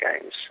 games